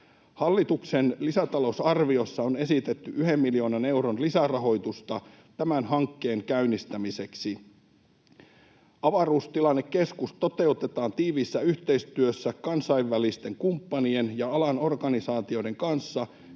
Hallituksen lisätalousarviossa on esitetty yhden miljoonan euron lisärahoitusta tämän hankkeen käynnistämiseksi. Avaruustilannekeskus toteutetaan tiiviissä yhteistyössä kansainvälisten kumppanien ja alan organisaatioiden kanssa,